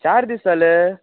चार दीस जाले